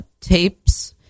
tapes